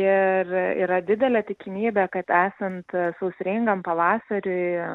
ir yra didelė tikimybė kad esant sausringam pavasariui